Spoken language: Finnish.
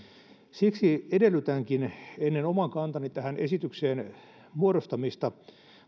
siksi edellytänkin ennen oman kantani muodostamista tähän esitykseen